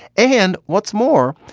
and what's more,